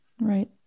Right